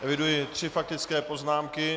Eviduji tři faktické poznámky.